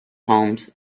homes